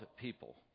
people